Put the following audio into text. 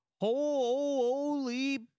holy